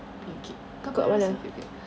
punya cake kau pernah rasa crepe cake